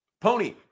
Pony